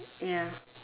ya